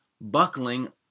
buckling